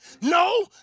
No